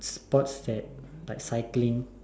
sports that like cycling